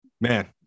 man